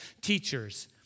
teachers